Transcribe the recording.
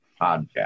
podcast